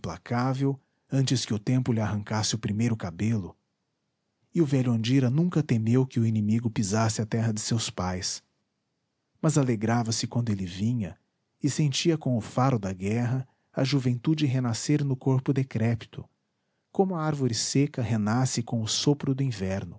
implacável antes que o tempo lhe arrancasse o primeiro cabelo e o velho andira nunca temeu que o inimigo pisasse a terra de seus pais mas alegrava-se quando ele vinha e sentia com o faro da guerra a juventude renascer no corpo decrépito como a árvore seca renasce com o sopro do inverno